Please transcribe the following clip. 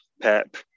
PEP